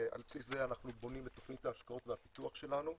על בסיס זה אנחנו בונים את תכנית ההשקעות והפיתוח שלנו,